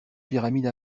pyramide